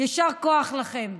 יישר כוח לכם.